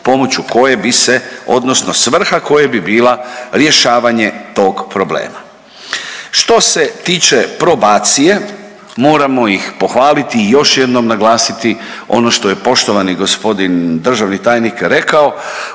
pomoću koje bi se odnosno svrha koja bi bila rješavanje tog problema. Što se tiče probacije moramo ih pohvaliti i još jednom naglasiti ono što je poštovani gospodin državni tajnik rekao